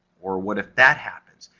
or what if that happens?